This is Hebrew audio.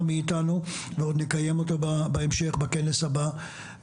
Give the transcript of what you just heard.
מאתנו ועוד נקיים אותו בהמשך בכנס הבא,